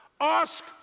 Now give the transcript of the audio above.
ask